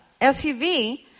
SUV